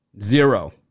Zero